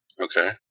Okay